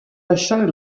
lasciare